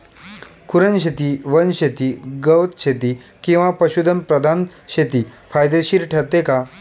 कुरणशेती, वनशेती, गवतशेती किंवा पशुधन प्रधान शेती फायदेशीर ठरते का?